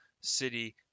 City